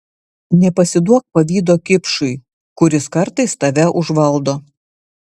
nepasiduok pavydo kipšui kuris kartais tave užvaldo